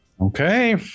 Okay